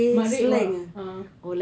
matrep ah ah